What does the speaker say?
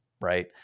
right